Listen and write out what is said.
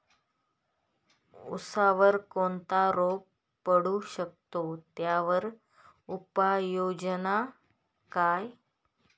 ऊसावर कोणता रोग पडू शकतो, त्यावर उपाययोजना काय?